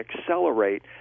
accelerate